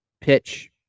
pitch